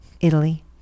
Italy